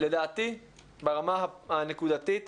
לדעתי ברמה הנקודתית,